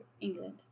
England